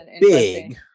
big